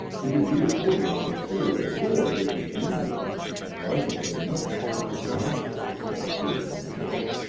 if it be according to the spirit of the lord, which is in me for i shall say nothing which is contrary to the spirit of the lord.